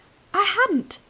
i hadn't,